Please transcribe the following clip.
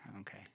Okay